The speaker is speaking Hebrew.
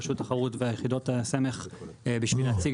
רשות התחרות ויחידות הסמך בשביל להציג